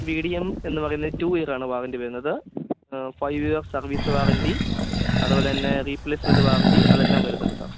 വീഡിഎം എന്ന് പറയുന്നത് to ഇയറാണ് warranty വരുന്നത് ഫൈവ് ഇയർ സർവീസ് വാറൻ്റി അതുപോലെത്തന്നെ റീപ്ലേസ്മെൻ്റ് വാറൻ്റി അതെല്ലാം വരുന്നുണ്ട് സാർ